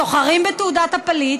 סוחרים בתעודת הפליט,